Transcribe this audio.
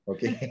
Okay